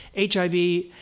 HIV